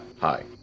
hi